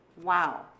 Wow